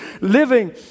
living